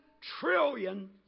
trillion